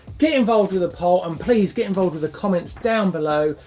get involved with the poll. um please get involved with the comments down below.